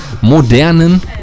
modernen